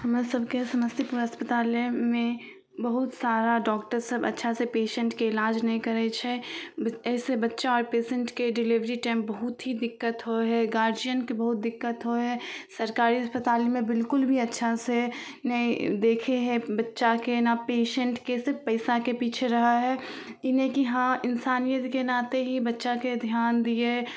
हमरासभके समस्तीपुर अस्पतालमे बहुत सारा डॉक्टरसभ अच्छासे पेशेन्टके इलाज नहि करै छै एहिसे बच्चा आओर पेशेन्टके डिलिवरी टाइम बहुत ही दिक्कत होइ हइ गार्जिअनके बहुत दिक्कत होइ हइ सरकारी अस्पतालमे बिलकुल भी अच्छा से नहि देखै हइ बच्चाके नहि पेशेन्टके सिर्फ पइसाके पिछे रहै हइ ई नहि कि हँ इन्सानिअतके नाते ही बच्चाके धिआन दिए